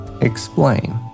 Explain